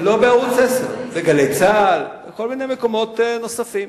ב"גלי צה"ל", בכל מיני מקומות נוספים.